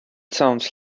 sounds